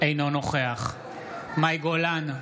אינו נוכח מאי גולן,